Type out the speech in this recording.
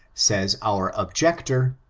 says our objector,